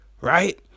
right